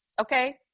Okay